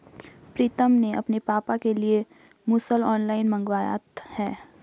प्रितम ने अपने पापा के लिए मुसल ऑनलाइन मंगवाया है